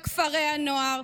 לכפרי הנוער,